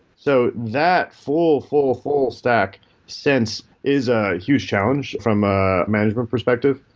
so that full, full, full stack since is a huge challenge from a management perspective,